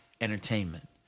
entertainment